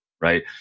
right